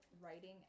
writing